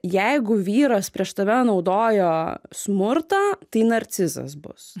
jeigu vyras prieš tave naudojo smurtą tai narcizas bus